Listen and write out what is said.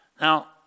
Now